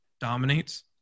dominates